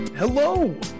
Hello